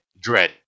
Dread